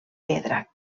pedra